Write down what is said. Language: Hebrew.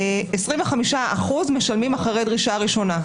25% משלמים אחרי דרישה ראשונה.